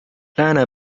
lääne